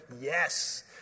Yes